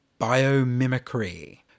Biomimicry